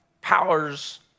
powers